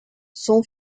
son